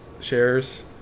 shares